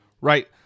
Right